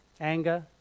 anger